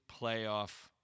playoff